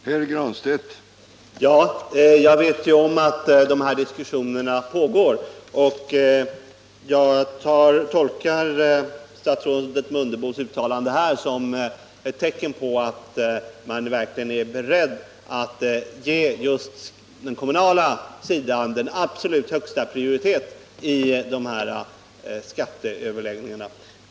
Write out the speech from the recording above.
Herr talman! Jag vet om att de här diskussionerna pågår, och jag tolkar statsrådet Mundebos uttalande här som ett tecken på att man verkligen är beredd att ge just den kommunala sidan absolut högsta prioritet i skatteöverläggningarna.